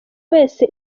wese